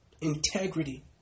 Integrity